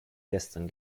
gestern